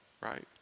right